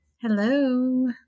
Hello